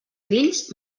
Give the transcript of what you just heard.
grills